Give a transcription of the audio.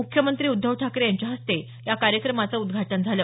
मुख्यमंत्री उद्धव ठाकरे यांच्या हस्ते या कार्यक्रमाचं उद्घाटन झालं